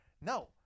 No